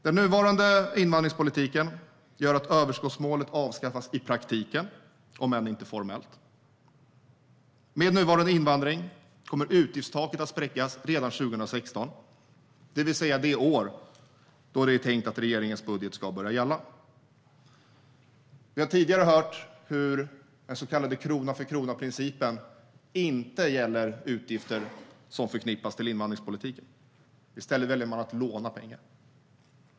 Den nuvarande invandringspolitiken gör att överskottsmålet avskaffas i praktiken, om än inte formellt. Med nuvarande invandring kommer utgiftstaket att spräckas redan 2016, det vill säga det år då det är tänkt att regeringens budget ska börja gälla. Vi har tidigare hört hur den så kallade krona-för-krona-principen inte gäller utgifter som kan förknippas med invandringspolitiken. I stället väljer man att låna pengar.